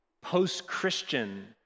post-Christian